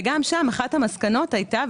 וגם שם אחת המסקנות הייתה,